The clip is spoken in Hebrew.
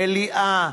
מליאה,